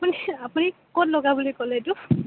আপুনি ক'ত লগা বুলি ক'লে এইটো